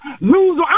lose